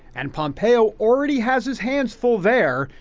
and pompeo already has his hands full there,